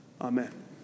Amen